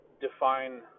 define